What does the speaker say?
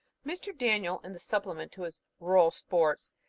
mr. daniel, in the supplement to his rural sports,